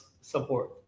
support